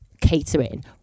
catering